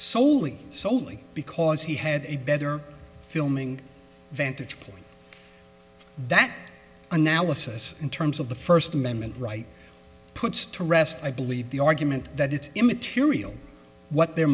soley soley because he had a better filming vantage point that analysis in terms of the first amendment right puts to rest i believe the argument that it's immaterial what their